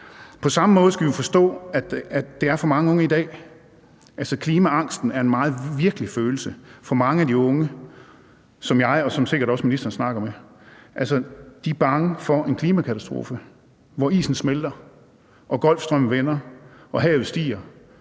på samme måde for mange unge i dag. Klimaangsten er en meget virkelig følelse for mange af de unge, som jeg og sikkert også ministeren snakker med. De er bange for en klimakatastrofe, hvor isen smelter, golfstrømmen vender og havet stiger,